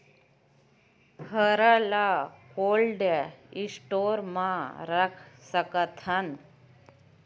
हरा ल cold store म रख सकथन?